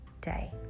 day